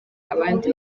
abandi